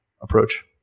approach